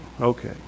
okay